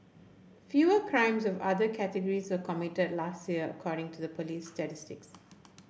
fewer crimes of other categories were committed last year according to the police's statistics